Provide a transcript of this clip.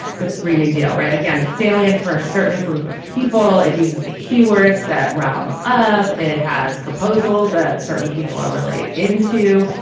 the green new deal right. again it's salient for a certain group of people it uses the keywords that round them up it has proposals that certain people are really into.